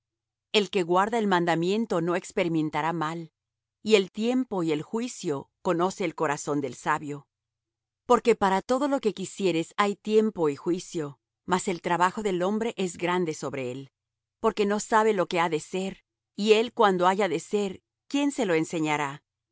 el que guarda el mandamiento no experimentará mal y el tiempo y el juicio conoce el corazón del sabio porque para todo lo que quisieres hay tiempo y juicio mas el trabajo del hombre es grande sobre él porque no sabe lo que ha de ser y el cuándo haya de ser quién se lo enseñará